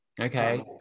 Okay